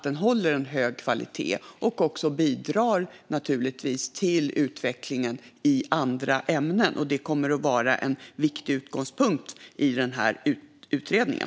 Detta kommer att vara en viktig utgångspunkt för utredningen.